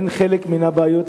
שהן חלק מן הבעיות,